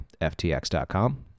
FTX.com